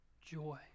joy